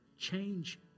Change